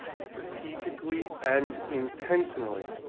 strategically and intentionally,